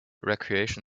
recreation